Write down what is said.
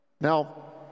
Now